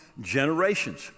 generations